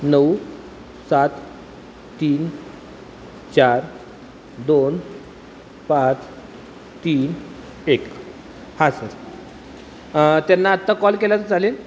नऊ सात तीन चार दोन पाच तीन एक हां सर त्यांना आत्ता कॉल केला तर चालेल